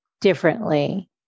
differently